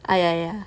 ah ya ya